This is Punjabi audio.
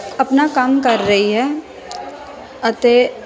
ਆਪਣਾ ਕੰਮ ਕਰ ਰਹੀ ਹੈ ਅਤੇ